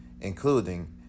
including